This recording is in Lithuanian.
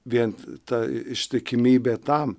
vien ta ištikimybė tam